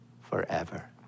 forever